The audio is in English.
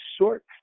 short